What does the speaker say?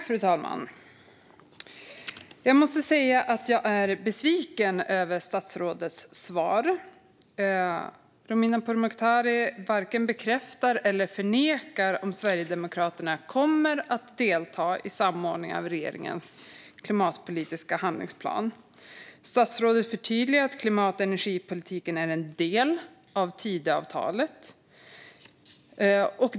Fru talman! Jag måste säga att jag är besviken över statsrådets svar. Romina Pourmokhtari varken bekräftar eller förnekar att Sverigedemokraterna kommer att delta i samordningen av regeringens klimatpolitiska handlingsplan. Statsrådet förtydligar att klimat och energipolitiken är en del av Tidöavtalet.